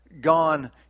gone